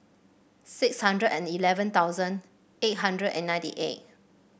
six hundred and eleven thousand eight hundred and ninety eight